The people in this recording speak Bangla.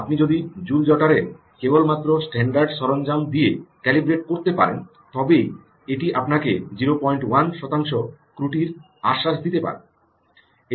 আপনি যদি জুল জটারের কেবলমাত্র স্ট্যান্ডার্ড সরঞ্জাম দিয়ে ক্যালিব্রেট করতে পারেন তবেই এটি আপনাকে 01 শতাংশ ত্রুটির আশ্বাস দিতে পারে